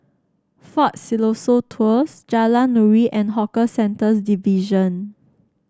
Fort Siloso Tours Jalan Nuri and Hawker Centres Division